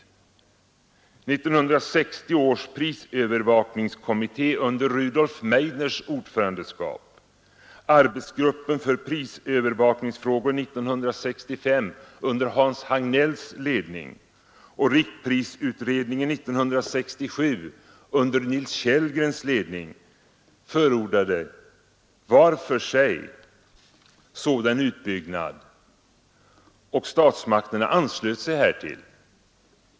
1960 års prisövervakningskommitté under Rudolf Meidners ordförandeskap, arbetsgruppen för prisövervakningsfrågor 1965 under Hans Hagnells ledning och riktprisutredningen 1967 under Nils Kellgrens ledning förordade var för sig sådan utbyggnad, och statsmakterna anslöt sig härtill.